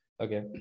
okay